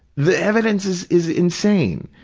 the evidence is is insane.